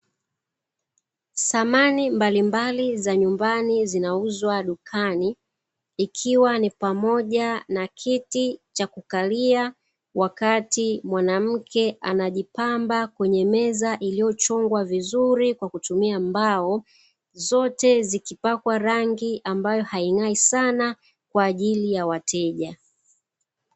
Samani mbalimbali za nyumbani zinauzwa dukani, ikiwa ni pamoja na kiti cha kukalia wakati mwanamke anajipamba kwenye meza iliyochongwa vizuri kwa kutumia mbao zote zikipakwa rangi ambayo haing'ai sana kwa ajili ya wateja.